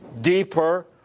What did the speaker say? deeper